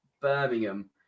Birmingham